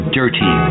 dirty